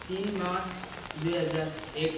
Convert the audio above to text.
तिन मार्च दुई हजार एक